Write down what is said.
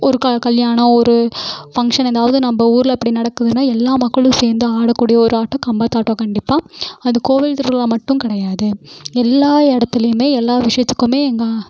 ஒரு க கல்யாணம் ஒரு ஃபங்ஷன் எதாவது நம்ம ஊரில் அப்படி நடக்குதுனால் எல்லா மக்களும் சேர்ந்து ஆட கூடிய ஒரு ஆட்டம் கம்பத்தாட்டம் கண்டிப்பாக அது கோவில் திருவிழா மட்டும் கிடையாது எல்லா இடத்துலியுமே எல்லா விஷயத்துக்குமே எங்கள்